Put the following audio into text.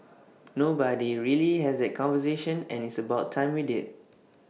but nobody really has that conversation and it's about time we did